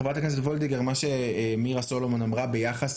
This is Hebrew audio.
חברת הכנסת וולדיגר, מה שמירה סולומון אמרה ביחס